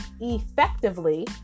effectively